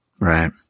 Right